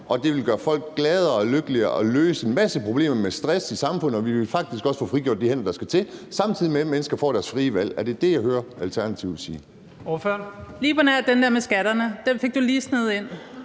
og det vil gøre folk gladere og lykkeligere og løse en masse problemer med stress i samfundet, og vi vil faktisk også få frigjort de hænder, der skal til, samtidig med at mennesker får deres frie valg. Er det det, jeg hører Alternativet sige?